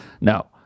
No